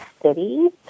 cities